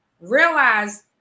realize